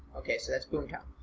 ok so that's boomtown.